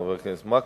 חבר הכנסת מקלב,